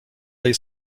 tej